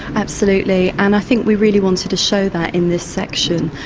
absolutely and i think we really wanted to show that in this section,